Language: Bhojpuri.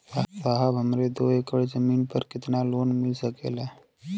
साहब हमरे दो एकड़ जमीन पर कितनालोन मिल सकेला?